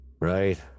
Right